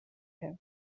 him